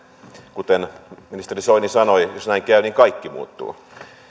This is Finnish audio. kuten ministeri soini sanoi jos näin käy niin kaikki muuttuu